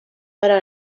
però